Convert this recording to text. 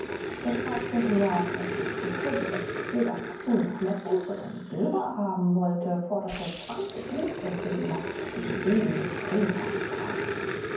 der schwarze herr der schon kulturbeleckt weder kattun noch messing sondern silber haben wollte forderte zwanzig rupien für die last den sieben bis zehnfachen preis